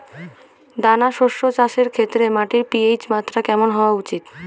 দানা শস্য চাষের ক্ষেত্রে মাটির পি.এইচ মাত্রা কেমন হওয়া উচিৎ?